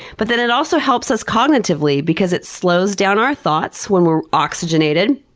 but then it also helps us cognitively, because it slows down our thoughts. when we're oxygenated,